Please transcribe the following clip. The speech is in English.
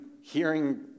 hearing